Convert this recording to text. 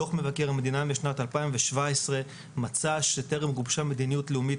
דוח מבקר המדינה משנת 2017 מצא שטרם גובשה מדיניות לאומית